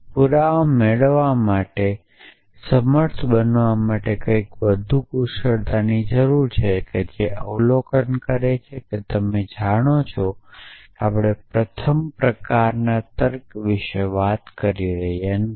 પુરાવા મેળવવા માટે સમર્થ બનવા માટે કંઈક વધુ કુશળતાની જરૂર છે જે અવલોકન કરે છે કે તમે જાણો છો આપણે પ્રથમ પ્રકારના તર્ક વિશે વાત કરી રહ્યા નથી